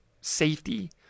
safety